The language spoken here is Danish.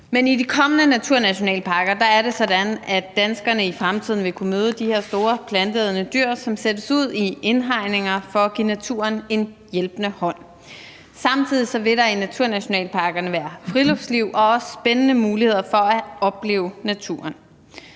Men i de kommende naturnationalparker er det sådan, at danskerne i fremtiden vil kunne møde de her store planteædende dyr, som sættes ud i indhegninger for at give naturen en hjælpende hånd. Samtidig vil der i naturnationalparkerne være friluftsliv og også spændende muligheder for at opleve naturen.